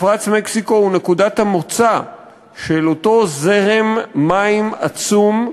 מפרץ מקסיקו הוא נקודת המוצא של אותו זרם מים עצום,